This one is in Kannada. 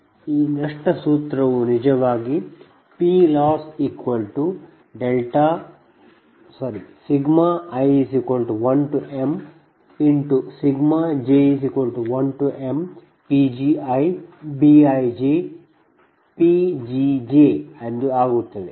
ನಿಜವಾಗಿ ಈ ನಷ್ಟ ಸೂತ್ರವು PLoss i1mj1mPgiBijPgj ಎಂದು ಆಗುತ್ತದೆ